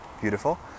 beautiful